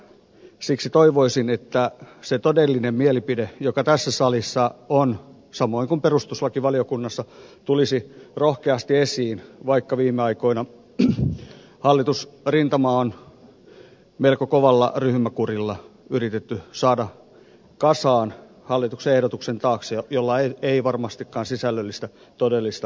siksi toivoisin että se todellinen mielipide joka tässä salissa on samoin kuin perustuslakivaliokunnassa tulisi rohkeasti esiin vaikka viime aikoina hallitusrintamaa on melko kovalla ryhmäkurilla yritetty saada kasaan hallituksen ehdotuksen taakse jolla ei varmastikaan sisällöllistä todellista enemmistökannatusta tässä salissa ole